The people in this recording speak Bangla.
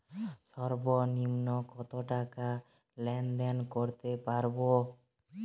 সর্বনিম্ন কত টাকা লেনদেন করতে পারবো?